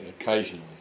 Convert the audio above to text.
occasionally